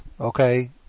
okay